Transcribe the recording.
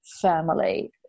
family